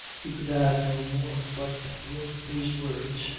he could add no more but with these words,